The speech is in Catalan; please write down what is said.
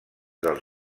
dels